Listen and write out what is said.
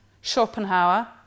schopenhauer